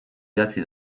idatzi